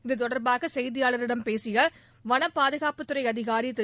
இதுதொடர்பாக செய்தியாளர்களிடம் பேசிய வனப்பாதுகாப்பு அதிகாரி திரு